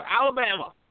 Alabama